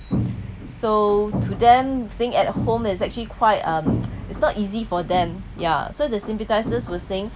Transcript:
so to them staying at home is actually quite um it's not easy for them ya so the sympathisers were saying